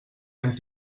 hem